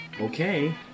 Okay